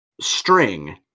string